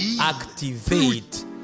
activate